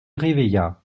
réveilla